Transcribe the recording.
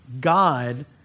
God